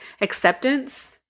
acceptance